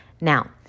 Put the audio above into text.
Now